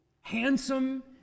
handsome